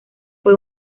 fue